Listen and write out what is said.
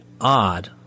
odd